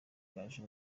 gaju